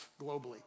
globally